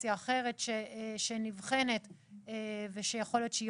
אופציה אחרת שנבחנת ושיכול להיות שהיא